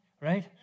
right